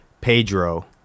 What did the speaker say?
Pedro